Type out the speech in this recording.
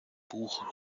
buch